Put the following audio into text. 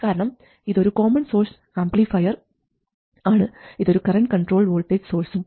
കാരണം ഇത് ഒരു കോമൺ സോഴ്സ് ആംപ്ലിഫയർ ആണ് ഇതൊരു കറൻറ് കൺട്രോൾഡ് വോൾട്ടേജ് സോഴ്സും